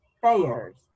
fairs